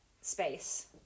space